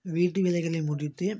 வீட்டு வேலைகளை முடித்து